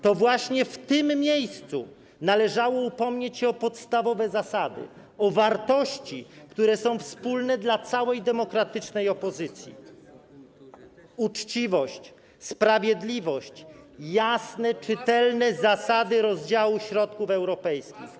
To właśnie w tym miejscu należało upomnieć się o podstawowe zasady, o wartości, które są wspólne dla całej demokratycznej opozycji - uczciwość, sprawiedliwość, jasne, czytelne zasady rozdziału środków europejskich.